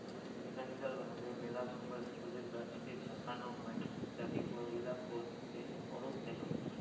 mechanical ভাবে মেলা সময় ফলের গাছকে ঝাঁকানো হই যাতি ফল গিলা পড়ত যাই